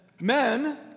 men